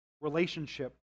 Relationship